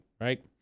right